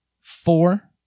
four